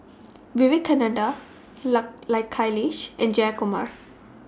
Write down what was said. Vivekananda Kailash and Jayakumar